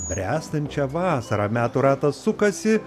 bręstančią vasarą metų ratas sukasi